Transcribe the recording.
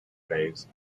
phase